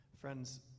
Friends